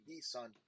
son